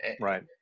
Right